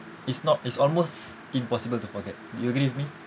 it's not it's almost impossible to forget do you agree with me